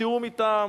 בתיאום אתם.